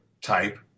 type